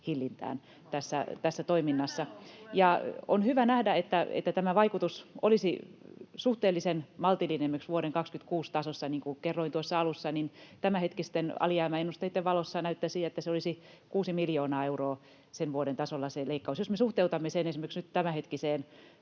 on, kuule, leikkaus!] On hyvä nähdä, että tämä vaikutus olisi suhteellisen maltillinen esimerkiksi vuoden 26 tasossa. Niin kuin kerroin tuossa alussa, tämänhetkisten alijäämäennusteitten valossa näyttäisi, että se leikkaus olisi kuusi miljoonaa euroa sen vuoden tasolla. Jos me suhteutamme sen esimerkiksi nyt tämänhetkiseen